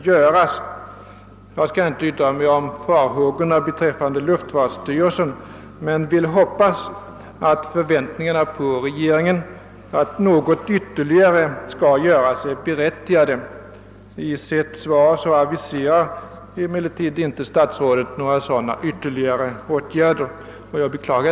Jag skall här inte yttra mig om de farhågorna beträffande luftfartsstyrelsen, men jag hoppas att förväntningarna på regeringen och förhoppningen att något ytterligare skall göras är berättigade. I sitt svar aviserar emellertid inte statsrådet några sådana ytterligare åtgärder, vilket jag beklagar.